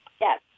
Yes